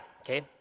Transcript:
okay